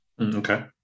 okay